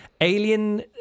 alien